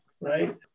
right